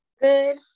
Good